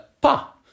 pa